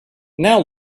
now